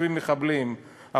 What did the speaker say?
יושבים מחבלים.